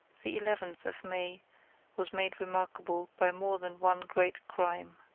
the eleventh of may was made remarkable by more than one great crime.